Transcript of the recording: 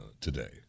today